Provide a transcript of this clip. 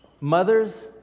Mothers